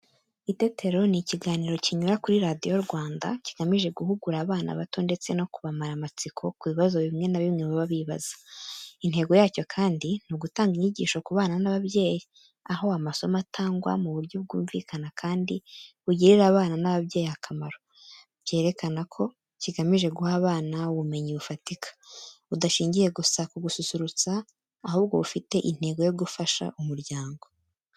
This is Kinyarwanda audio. Itetero ni ikiganiro kinyura kuri radiyo Rwanda, kigamije guhugura abana bato ndetse no kubamara amatsiko ku bibazo bimwe na bimwe baba bibaza. Intego yacyo kandi ni ugutanga inyigisho ku bana n’ababyeyi, aho amasomo atangwa mu buryo bwumvikana kandi bugirira abana n’ababyeyi akamaro. Byerekana ko kigamije guha abana ubumenyi bufatika, budashingiye gusa ku gususurutsa ahubwo bufite intego yo gufasha umuryango.